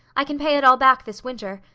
i can pay it all back this winter.